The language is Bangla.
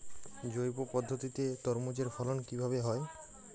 জৈব পদ্ধতিতে তরমুজের ফলন কিভাবে হয়?